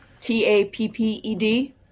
T-A-P-P-E-D